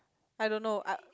I don't know ah